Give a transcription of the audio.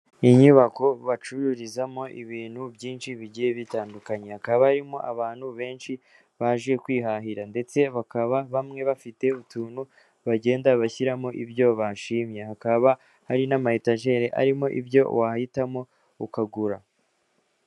Inyubako bacururizamo ibintu byinshi bigiye bitandukanye hakaba harimo abantu benshi baje kwihahira ndetse bakaba bamwe bafite utuntu bagenda bashyiramo ibyo bashimye, hakaba hari n'ama etajeri arimo ibyo wahitamo ukagura.